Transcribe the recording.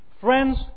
Friends